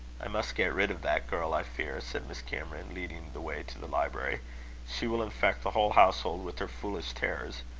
i must get rid of that girl, i fear, said miss cameron, leading the way to the library she will infect the whole household with her foolish terrors.